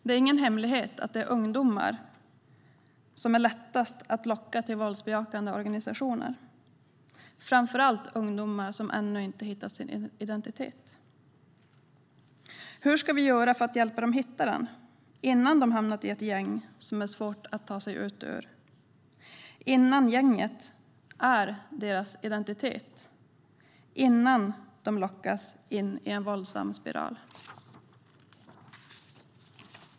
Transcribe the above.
Det är ingen hemlighet att det är ungdomar som är lättast att locka till våldsbejakande organisationer - framför allt ungdomar som ännu inte hittat sin identitet. Hur ska vi göra för att hjälpa dem att hitta den, innan de hamnat i ett gäng som är svårt att ta sig ut ur, innan gänget är deras identitet, innan de lockas in i en våldsam spiral?